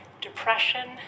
depression